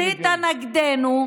או הסיתה נגדנו.